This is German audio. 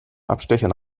abstecher